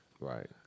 right